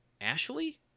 Ashley